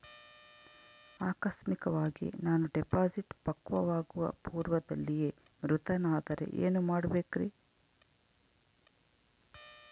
ಆಕಸ್ಮಿಕವಾಗಿ ನಾನು ಡಿಪಾಸಿಟ್ ಪಕ್ವವಾಗುವ ಪೂರ್ವದಲ್ಲಿಯೇ ಮೃತನಾದರೆ ಏನು ಮಾಡಬೇಕ್ರಿ?